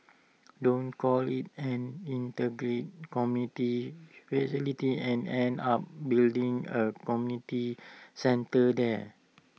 don't call IT an integrated community facility and end up building A community centre there